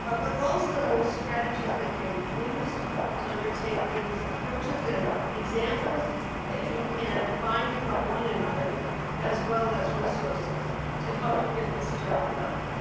ah but also, strategies that can be used to undertake these approaches and examples that you can find from one another as well as resources to help you get this job done.